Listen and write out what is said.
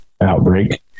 outbreak